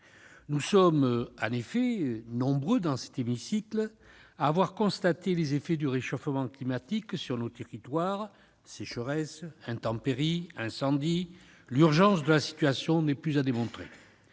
Nous sommes nombreux, dans cet hémicycle, à avoir constaté les effets du réchauffement climatique sur nos territoires : sécheresse, intempéries, incendies ... L'urgence de la situation n'est plus à démontrer.